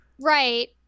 Right